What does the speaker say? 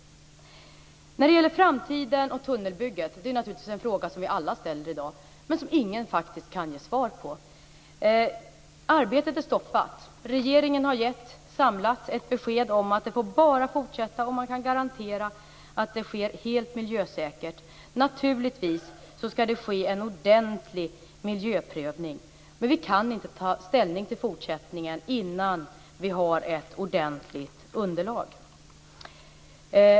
Alla ställer sig i dag frågan som gäller framtiden och tunnelbygget, men ingen kan ge svar på den. Arbetet är stoppat. En samlad regering har gett besked om att det bara får fortsätta om man kan garantera att det sker helt miljösäkert. Naturligtvis skall en ordentlig miljöprövning ske. Regeringen kan inte ta ställning till fortsättningen förrän det finns ett ordentligt underlag.